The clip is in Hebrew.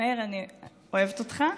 מאיר, אני אוהבת אותך.